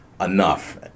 enough